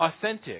authentic